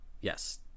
Yes